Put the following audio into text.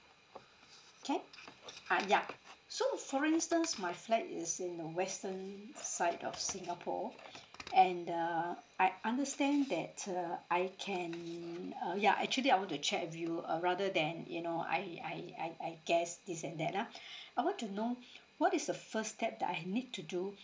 can ah yeah so for instance my flat is in the western side of singapore and uh I understand that uh I can uh yeah actually I want to check with you uh rather than you know I I I I guess this and that ah I want to know what is the first step that I need to do